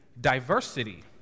diversity